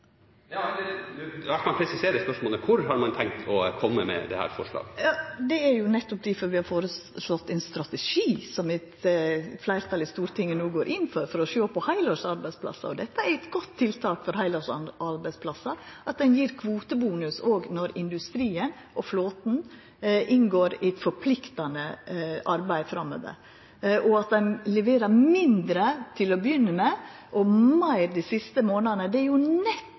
det var på…? Jeg kan presisere spørsmålet: Hvor har man tenkt å komme med dette forslaget? Det er jo nettopp difor vi har føreslått ein strategi – som eit fleirtal i Stortinget no går inn for – for å sjå på heilårsarbeidsplassar. Det er eit godt tiltak for heilårsarbeidsplassar at ein gjev kvotebonus òg når industrien og flåten inngår eit forpliktande arbeid framover. At ein leverer mindre til å begynna med og meir dei siste månadene, er nettopp det vi er